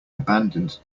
abandoned